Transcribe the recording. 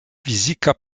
fizika